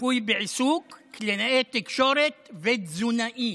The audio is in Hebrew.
ריפוי בעיסוק, קלינאי תקשורת ותזונאי,